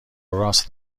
راس